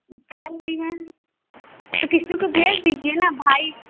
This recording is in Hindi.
टाइम नहीं है तो किसी को भेज दीजिए ना भाई